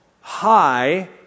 high